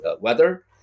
weather